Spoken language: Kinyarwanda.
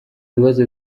bibazo